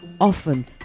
often